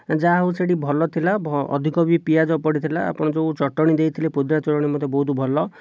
ଯାହା ହେଉ ସେ'ଟି ଭଲ ଥିଲା ଅଧିକ ବି ପିଆଜ ପଡ଼ିଥିଲା ଆପଣ ଯେଉଁ ଚଟଣି ଦେଇଥିଲେ ପୋଦିନା ଚଟଣି ମଧ୍ୟ ବହୁତ ଭଲ